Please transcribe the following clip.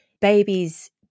babies